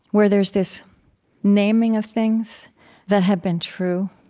where there's this naming of things that have been true,